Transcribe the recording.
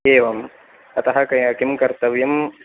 एवम् अतः किं कर्तव्यं